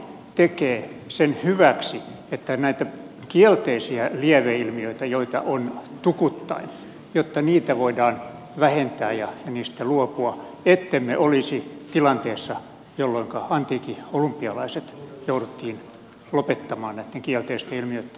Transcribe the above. ja mitä suomi tekee sen hyväksi että näitä kielteisiä lieveilmiöitä joita on tukuittain voidaan vähentää ja niistä luopua ettemme olisi samassa tilanteessa kuin oltiin antiikin olympialaisissa jotka jouduttiin lopettamaan näitten kielteisten ilmiöitten vuoksi